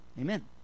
Amen